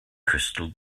crystal